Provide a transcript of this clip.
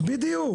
בדיוק.